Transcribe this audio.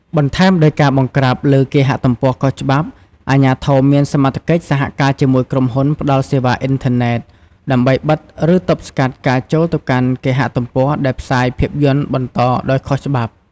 បន្ថែមដោយការបង្ក្រាបលើគេហទំព័រខុសច្បាប់ អាជ្ញាធរមានសមត្ថកិច្ចសហការជាមួយក្រុមហ៊ុនផ្តល់សេវាអ៊ីនធឺណិត ដើម្បីបិទ ឬទប់ស្កាត់ការចូលទៅកាន់គេហទំព័រដែលផ្សាយភាពយន្តបន្តដោយខុសច្បាប់។